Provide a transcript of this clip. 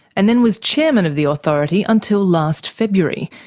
and then was chairman of the authority until last february,